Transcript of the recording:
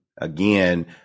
again